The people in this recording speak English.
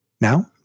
Now